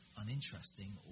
uninteresting